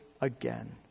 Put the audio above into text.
again